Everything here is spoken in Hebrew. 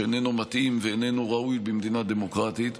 שאיננו מתאים ואיננו ראוי במדינה דמוקרטית.